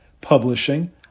publishing